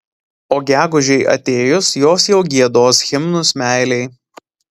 o gegužei atėjus jos jau giedos himnus meilei